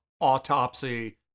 Autopsy